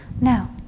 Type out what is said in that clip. Now